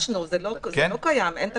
זה לא קיים, אין תקציב,